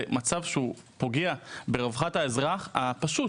זה מצב שהוא לא תקין והוא פוגע ברווחת האזרח הפשוט.